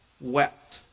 wept